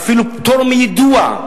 ואפילו פטור מיידוע,